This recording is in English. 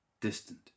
distant